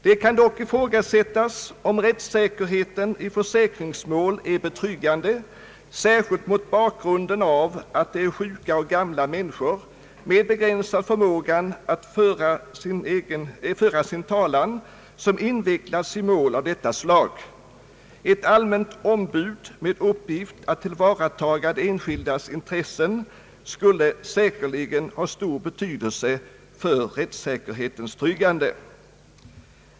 Det kan dock ifrågasättas, om rättssäkerheten i försäkringsmål är betryggande särskilt mot bakgrunden av att det är fråga om sjuka och gamla människor med begränsad förmåga att föra sin talan som invecklats i mål av detta slag. Ett allmänt ombud med uppgift att tillvarataga de enskildas intressen skulle säkerligen ha stor betydelse för rättssäkerhetens tryggande.